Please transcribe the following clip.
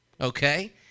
okay